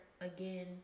again